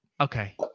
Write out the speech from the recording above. Okay